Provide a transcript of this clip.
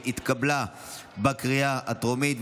התשפ"ג 2023,